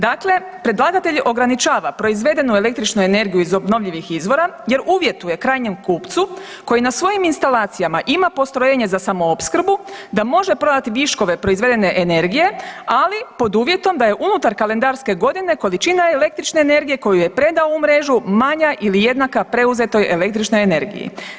Dakle, predlagatelj ograničava proizvedenu električnu energiju iz obnovljivih izvora jer uvjetuje krajnjem kupcu koji na svojim instalacijama ima postrojenje za samoopskrbu da može prodati viškove proizvedene energije, ali pod uvjetom da je unutar kalendarske godine količina električne energije koju je predao u mrežu manja ili jednaka preuzetoj električnoj energiji.